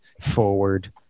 forward